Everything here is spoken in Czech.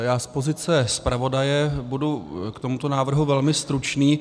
Já z pozice zpravodaje budu k tomuto návrhu velmi stručný.